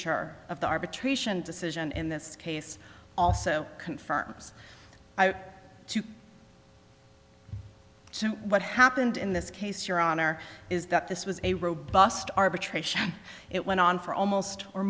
sure of the arbitration decision in this case also confirms to what happened in this case your honor is that this was a robust arbitration it went on for almost or